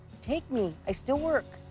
take me. i still work.